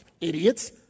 Idiots